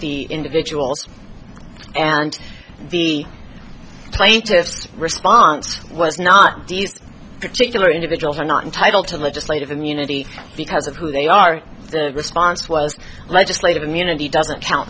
the individuals and the plaintiffs response was not particular individuals are not entitled to legislative immunity because of who they are the response was legislative immunity doesn't count